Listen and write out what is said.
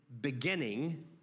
beginning